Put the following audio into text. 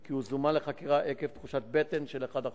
כי הוא זומן לחקירה עקב תחושת בטן של אחד החוקרים.